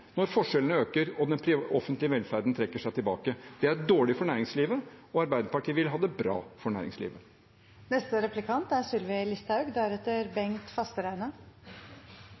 når forskjellene øker og den offentlige velferden trekker seg tilbake. Det er dårlig for næringslivet, og Arbeiderpartiet vil ha det bra for næringslivet. Arbeiderpartiet vingler i sak etter sak. Innvandringspolitikken er